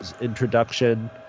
introduction